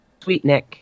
Sweetnick